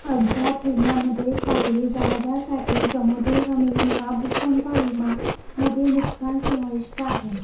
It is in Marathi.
अपघात विम्यामध्ये सागरी जहाजांसाठी समुद्री हमी विमा भूकंप विमा मध्ये नुकसान समाविष्ट आहे